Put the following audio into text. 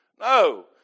No